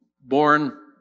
born